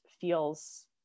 feels